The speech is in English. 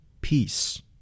Peace